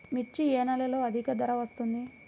మిర్చి ఏ నెలలో అధిక ధర వస్తుంది?